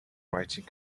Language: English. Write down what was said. writing